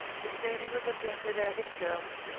he said he would look after that himself.